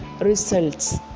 results